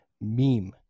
meme